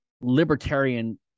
libertarian